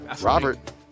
Robert